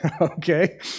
okay